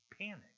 panic